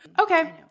okay